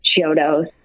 Chiodos